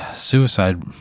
suicide